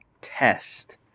Test